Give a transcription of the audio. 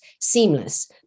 seamless